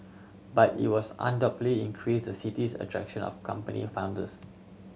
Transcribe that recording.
but it will undoubtedly increase the city's attraction of company founders